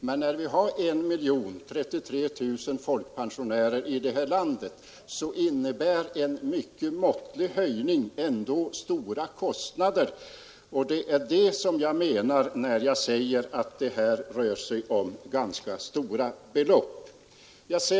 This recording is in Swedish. Men när vi har 1 033 000 folkpensionärer i landet, så innebär en mycket måttlig höjning ändå stora kostnader. Det är detta jag menar när jag säger att det här rör sig om mycket stora belopp.